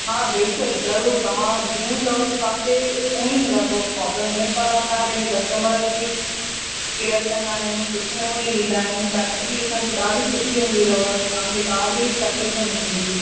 हा बेशक ज़रूरु तव्हां जीअं चवनि तव्हांखे उअंई मिलंदो ऑडर हमेशह असां पंहिंजे कस्टमर जी केयर कंदा आहियूं सुठे नमूने ॾींदा आहियूं पेकिंग बि असांजी ॾाढी सुठी हूंदी अथव तव्हांखे का बि तकलीफ़ न हूंदी